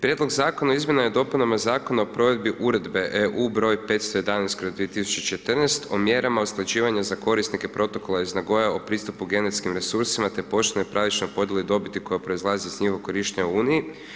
Prijedlog Zakona o izmjenama i dopunama Zakona o provedbi Uredbe EU br. 511/2014 o mjerama usklađivanja za korisnike protokola iz Nagoye o pristupu genetskim resursima, te poštenoj i pravičnoj podjeli dobiti koja proizlazi iz njihovoga korištenja u Uniji.